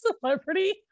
celebrity